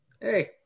Hey